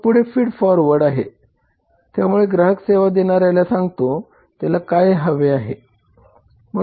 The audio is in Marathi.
मग पुढे फीड फॉरवर्ड आहे त्यामुळे ग्राहक सेवा देणाऱ्याला सांगतो त्याला काय हवे आहे